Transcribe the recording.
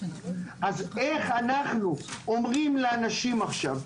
אז איך אנחנו אומרים לאנשים עכשיו,